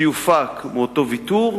שיופק מאותו ויתור,